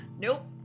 Nope